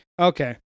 Okay